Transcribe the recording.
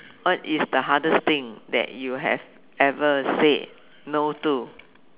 what is the hardest thing that you have ever said no to